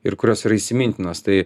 ir kurios yra įsimintinos tai